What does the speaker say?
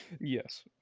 Yes